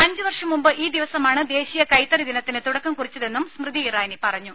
അഞ്ചു വർഷം മുമ്പ് ഈ ദിവസമാണ് ദേശീയ കൈത്തറി ദിനത്തിന് തുടക്കം കുറിച്ചതെന്നും സ്മൃതി ഇറാനി പറഞ്ഞു